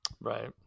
right